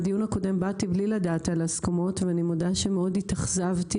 באתי בלי לדעת על ההסכמות ואני מודה שמאוד התאכזבתי